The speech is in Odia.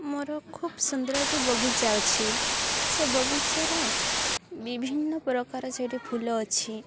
ମୋର ଖୁବ୍ ସୁନ୍ଦରଟି ବଗିଚା ଅଛି ସେ ବଗିଚାରେ ବିଭିନ୍ନ ପ୍ରକାର ସେଠି ଫୁଲ ଅଛି